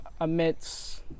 amidst